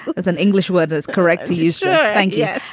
is an english word is correct to you, sir. thank yeah